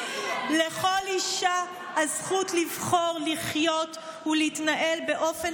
לכל אישה הזכות לבחור לחיות ולהתנהל באופן